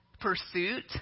pursuit